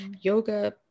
yoga